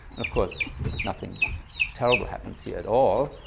of course nothing terrible happens here at all,